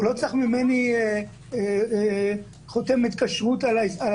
ואני לא צריך לתת לו ציון על כך,